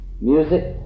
music